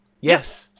Yes